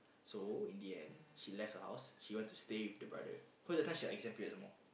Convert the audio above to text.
so in the end she left the house she want to stay with the brother cause that time she exam period some more